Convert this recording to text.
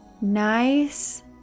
nice